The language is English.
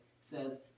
says